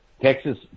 Texas